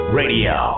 radio